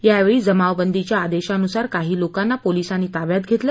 यावेळी जमाववंदीच्या आदेशानुसार काही लोकांना पोलिसांनी ताब्यात घेतलं